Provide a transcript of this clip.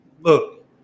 look